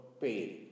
pain